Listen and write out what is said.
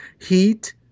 Heat